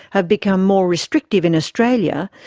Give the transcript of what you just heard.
have become more restrictive in australia,